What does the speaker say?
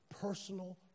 personal